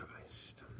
Christ